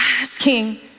asking